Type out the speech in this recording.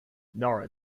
nara